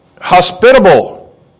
hospitable